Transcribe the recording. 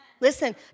Listen